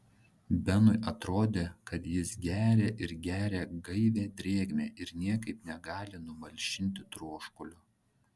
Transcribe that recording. benui atrodė kad jis geria ir geria gaivią drėgmę ir niekaip negali numalšinti troškulio